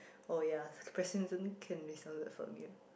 oh ya President-Kennedy sounded familiar